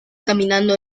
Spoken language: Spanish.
caminando